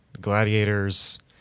Gladiators